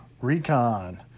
Recon